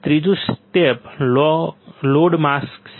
ત્રીજું step load mask છે